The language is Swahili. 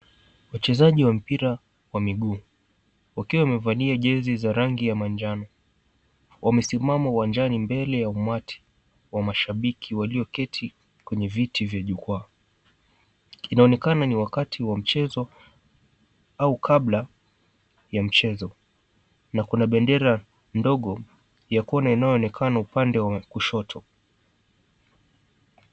Wachezaji wa mpira wa miguu, wakiwa wamevalia jezi za rangi ya manjano, wamesimama uwanjani, mbele ya umati wa mashabiki walioketi kwenye viti vya jukwaa. Inaonekana ni wakati wa mchezo au kabla ya mchezo, na kuna bendera ndogo ya kona inayoonekana upande wa kushoto.